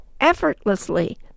effortlessly